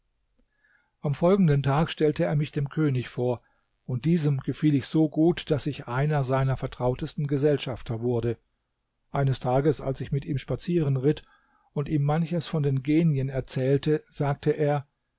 am folgenden tag stellte er mich dem könig vor und diesem gefiel ich so gut daß ich einer seiner vertrautesten gesellschafter wurde eines tages als ich mit ihm spazieren ritt und ihm manches von den genien erzählte sagte er